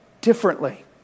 differently